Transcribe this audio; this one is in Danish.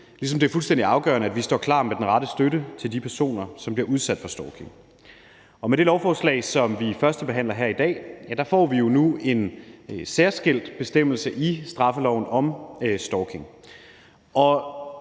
ligesom det er fuldstændig afgørende, at vi står klar med den rette støtte til de personer, som bliver udsat for stalking. Med det lovforslag, som vi førstebehandler her i dag, får vi nu en særskilt bestemmelse i straffeloven om stalking.